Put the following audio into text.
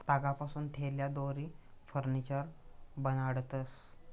तागपासून थैल्या, दोरी, फर्निचर बनाडतंस